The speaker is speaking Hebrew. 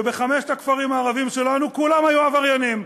ובחמשת הכפרים הערביים שלנו כולם היו עבריינים,